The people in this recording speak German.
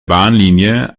bahnlinie